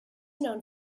known